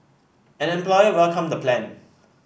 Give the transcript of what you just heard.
an employer welcomed the plan